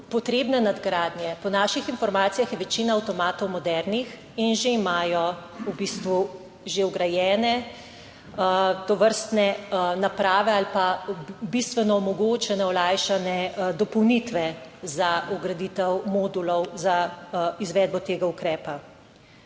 Potrebne nadgradnje. Po naših informacijah je večina avtomatov modernih in že imajo v bistvu že vgrajene tovrstne naprave ali pa bistveno omogočene olajšane dopolnitve za vgraditev modulov za izvedbo tega ukrepa.